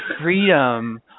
freedom